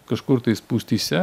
kažkur tai spūstyse